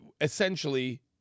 essentially